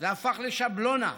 זה הפך לשבלונה.